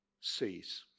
sees